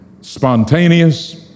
Spontaneous